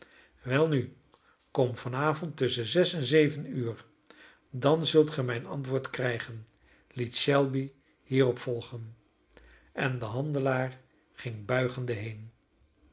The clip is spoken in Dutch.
welnu kom van avond tusschen zes en zeven uur dan zult ge mijn antwoord krijgen liet shelby hierop volgen en de handelaar ging buigende heen